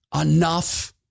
enough